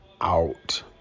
out